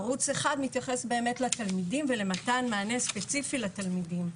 ערוץ אחד מתייחס באמת לתלמידים ולמתן מענה ספציפי לתלמידים.